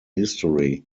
history